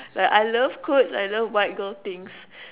like I love clothes I love white girl things